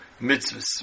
mitzvahs